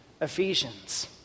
Ephesians